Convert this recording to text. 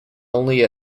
only